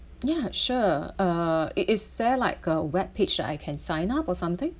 ya sure uh it is there like a web page that I can sign up or something